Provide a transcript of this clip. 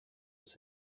was